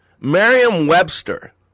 Merriam-Webster